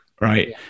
right